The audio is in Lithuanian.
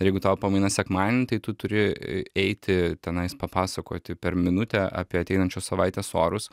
ir jeigu tavo pamaina sekmadienį tai tu turi eiti tenais papasakoti per minutę apie ateinančios savaitės orus